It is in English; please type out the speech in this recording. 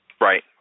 Right